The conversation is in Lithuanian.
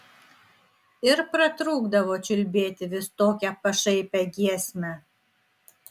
ir pratrūkdavo čiulbėti vis tokią pašaipią giesmę